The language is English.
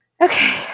Okay